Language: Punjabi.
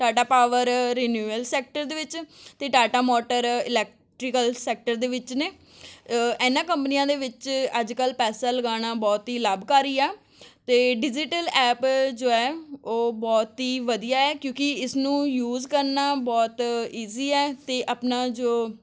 ਟਾਟਾ ਪਾਵਰ ਰਿਨਿਊਅਲ ਸੈਕਟਰ ਦੇ ਵਿੱਚ ਅਤੇ ਟਾਟਾ ਮੋਟਰ ਇਲੈਕਟ੍ਰੀਕਲ ਸੈਕਟਰ ਦੇ ਵਿੱਚ ਨੇ ਇਨ੍ਹਾਂ ਕੰਪਨੀਆਂ ਦੇ ਵਿੱਚ ਅੱਜ ਕੱਲ੍ਹ ਪੈਸਾ ਲਗਾਉਣਾ ਬਹੁਤ ਹੀ ਲਾਭਕਾਰੀ ਆ ਅਤੇ ਡਿਜ਼ੀਟਲ ਐਪ ਜੋ ਹੈ ਉਹ ਬਹੁਤ ਹੀ ਵਧੀਆ ਹੈ ਕਿਉਂਕਿ ਇਸਨੂੰ ਯੂਜ ਕਰਨਾ ਬਹੁਤ ਇਜੀ ਹੈ ਅਤੇ ਆਪਣਾ ਜੋ